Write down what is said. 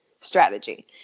strategy